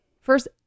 first